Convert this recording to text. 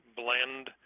blend